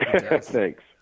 Thanks